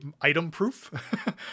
item-proof